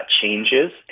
changes